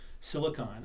Silicon